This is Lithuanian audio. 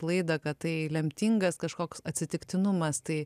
laidą kad tai lemtingas kažkoks atsitiktinumas tai